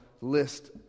list